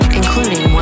including